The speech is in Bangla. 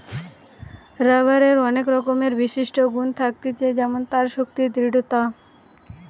রাবারের অনেক রকমের বিশিষ্ট গুন থাকতিছে যেমন তার শক্তি, দৃঢ়তা